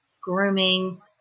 grooming